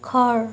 ঘৰ